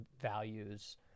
values